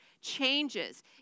changes